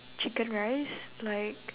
chicken rice like